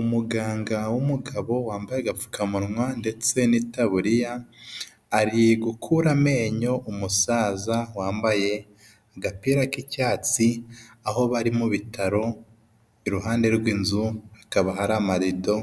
Umuganga w'umugabo wambaye agapfukamunwa ndetse n'itariya, ari gukura amenyo umusaza wambaye agapira k'icyatsi, aho bari mu bitaro, iruhande rw'inzu hakaba hari amarido,